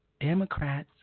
Democrats